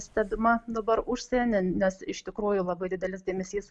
stebima dabar užsieny nes iš tikrųjų labai didelis dėmesys